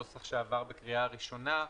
בנוסח שעבר בקריאה ראשונה,